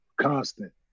constant